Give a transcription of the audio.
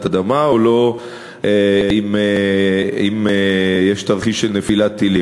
אדמה ולא אם יש תרחיש של נפילת טילים.